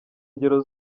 ngero